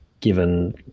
given